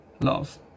love